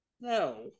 No